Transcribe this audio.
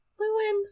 Lewin